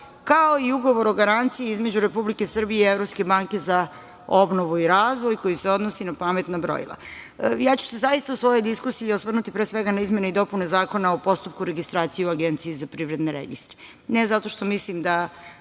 kao i Ugovor o garanciji između Republike Srbije i Evropske banke za obnovu i razvoj, koji se odnosi na pametna brojila. Ja ću se zaista u svojoj diskusiji osvrnuti pre svega na Izmene i dopune Zakona o postupku registracije u Agenciji za privredne registre, ne zato što mislim da